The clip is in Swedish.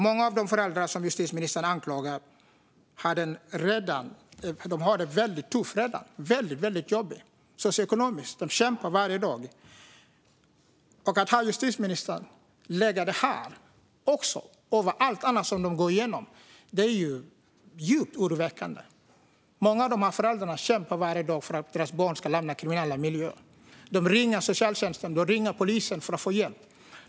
Många av de föräldrar som justitieministern anklagar har det redan jobbigt - socioekonomiskt. De kämpar varje dag. Att justitieministern lägger detta ovanpå allt annat som de går igenom är djupt oroväckande. Många av föräldrarna kämpar varje dag för att deras barn ska lämna kriminella miljöer. De ringer socialtjänsten och polisen för att få hjälp.